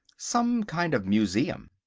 some kind of museum.